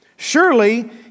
Surely